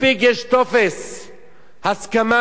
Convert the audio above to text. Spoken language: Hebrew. מספיק שיש טופס הסכמה.